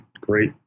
great